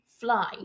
fly